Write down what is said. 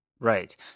Right